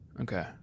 Okay